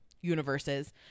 universes